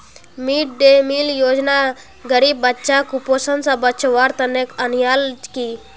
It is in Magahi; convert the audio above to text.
मिड डे मील योजना गरीब बच्चाक कुपोषण स बचव्वार तने अन्याल कि